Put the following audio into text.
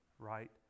right